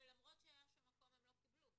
ולמרות שהיה שם מקום הם לא קיבלו.